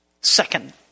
Second